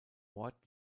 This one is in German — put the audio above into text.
ort